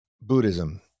Buddhism